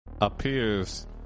appears